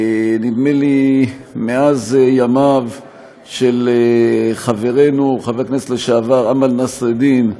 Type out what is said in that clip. נדמה לי מאז ימיו של חברנו חבר הכנסת לשעבר אמל נסראלדין,